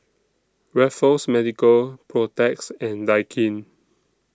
Raffles Medical Protex and Daikin